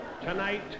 Tonight